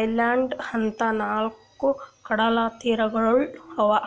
island ಅಂತಾ ನಾಲ್ಕ್ ಕಡಲತೀರಗೊಳ್ ಅವಾ